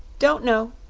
don't know,